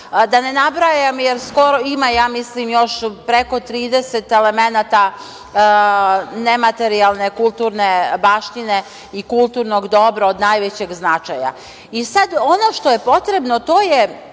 Da ne nabrajam, jer skoro ima, ja mislim, još preko 30 elemenata nematerijalne kulturne baštine i kulturnog dobra od najvećeg značaja. Ono što je potrebno to je,